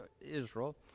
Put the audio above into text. Israel